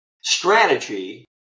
strategy